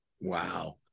Wow